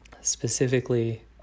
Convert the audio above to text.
Specifically